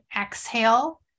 exhale